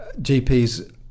GPs